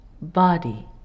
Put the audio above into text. body